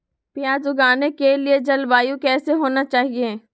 प्याज उगाने के लिए जलवायु कैसा होना चाहिए?